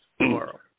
tomorrow